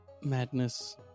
Madness